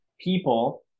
people